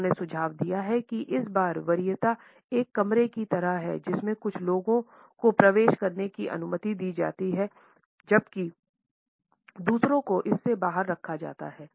उन्होंने सुझाव दिया है कि इस बार वरीयता एक कमरे की तरह है जिसमें कुछ लोगों को प्रवेश करने की अनुमति दी जाती है जबकि दूसरों को इससे बाहर रखा जाता है